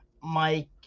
Mike